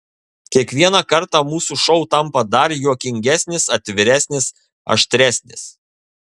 kiekvieną kartą mūsų šou tampa dar juokingesnis atviresnis aštresnis